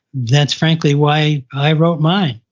that's frankly why i wrote mine.